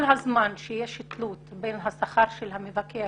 כל זמן שיש תלות בין השכר של המבקר